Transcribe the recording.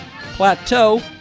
Plateau